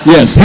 Yes